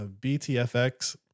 BTFX